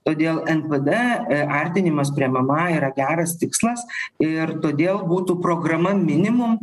todėl npd artinimas prie mma yra geras tikslas ir todėl būtų programa minimum